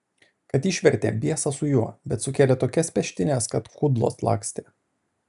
kad išvertė biesas su juo bet sukėlė tokias peštynes kad kudlos lakstė